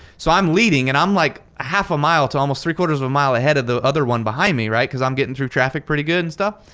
so i'm leading and i'm like a half a mile to almost three quarters of a mile ahead of the other one behind me, right? cause i'm gettin through traffic pretty good and stuff.